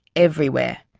everywhere.